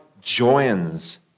joins